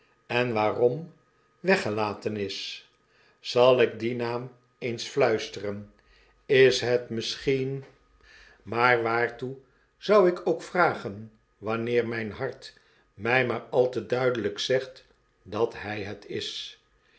en waarom weggelaten is zal ik dien naam eens fluisteren is het misschien maar waartoe zou ik ook vragen wanneer mijn hart my maar al te duidelyk zegt dat hij het is